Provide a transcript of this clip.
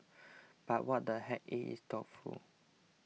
but what the heck it is thoughtful